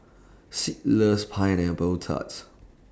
Sid loves Pineapple Tarts